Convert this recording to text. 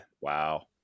Wow